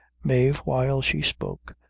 mave, while she spoke,